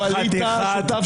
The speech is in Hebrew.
ווליד טאהא שותף